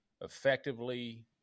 effectively